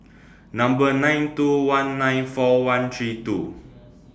nine two one nine four one three two